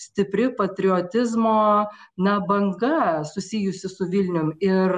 stipri patriotizmo na banga susijusi su vilnium ir